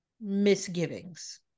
misgivings